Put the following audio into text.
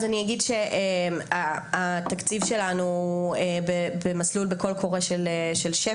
אז אני אגיד שהתקציב שלנו הוא במסלול בקול קורא של שפ"י,